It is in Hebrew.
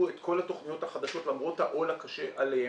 את כל התוכניות החדשות למרות העול הקשה עליהן,